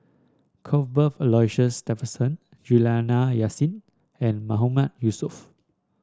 Cuthbert Aloysius Shepherdson Juliana Yasin and Mahmood Yusof